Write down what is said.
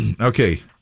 Okay